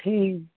ठीक